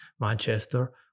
Manchester